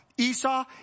Esau